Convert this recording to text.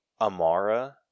Amara